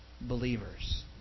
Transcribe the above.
believers